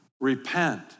repent